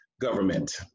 government